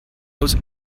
those